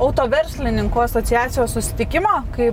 auto verslininkų asociacijos susitikimą kai